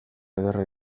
ederra